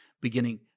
beginning